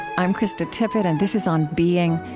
i'm krista tippett, and this is on being.